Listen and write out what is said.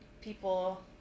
people